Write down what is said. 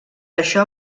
això